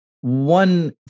One